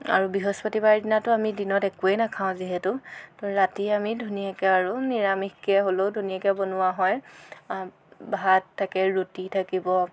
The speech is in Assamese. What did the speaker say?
আৰু বৃহস্পতিবাৰে দিনাতো আমি দিনত একোৱেই নাখাওঁ যিহেতু ৰাতি আমি ধুনীয়াকৈ আৰু নিৰামিষকৈ হ'লেও ধুনীয়াকৈ বনোৱা হয় ভাত থাকে ৰুটি থাকিব